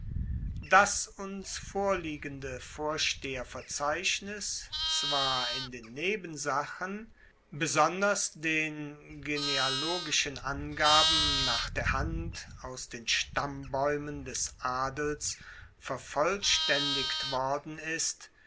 das uns vorliegende vorsteherverzeichnis zwar in den nebensachen besonders den genealogischen angaben nach der hand aus den stammbaeumen des adels vervollstaendigt worden ist